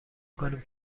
کنیم